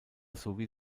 sowie